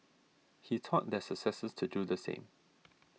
he taught their successors to do the same